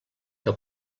que